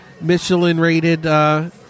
Michelin-rated